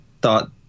thought